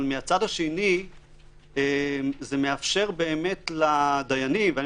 אבל מצד שני זה מאפשר לדיינים ואני